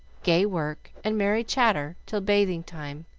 gay work, and merry chatter, till bathing-time.